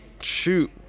shoot